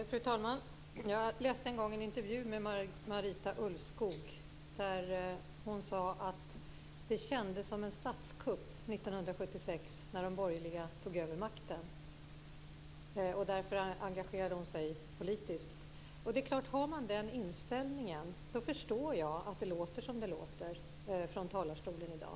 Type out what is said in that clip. Fru talman! Jag läste en gång en intervju med Marita Ulvskog. Hon sade att det kändes som en statskupp 1976 när de borgerliga tog över makten. Därför engagerade hon sin politiskt. Har man den inställningen förstår jag att det låter som det låter från talarstolen i dag.